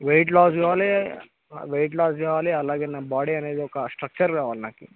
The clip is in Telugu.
వెయిట్ లాస్ కావాలి వెయిట్ లాస్ కావాలి అలాగే నా బాడీ అనేది ఒక స్ట్రక్చర్ కావాలి నాకు